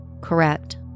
Correct